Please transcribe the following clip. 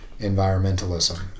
environmentalism